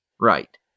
Right